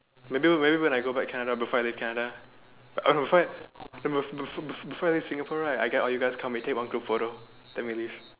maybe maybe when I go back Canada before I leave Canada oh no b~ before I leave Singapore right I get all you guys to come take one group photo then we leave